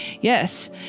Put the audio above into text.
Yes